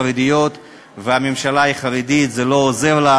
החרדיות והממשלה היא חרדית זה לא עוזר לה,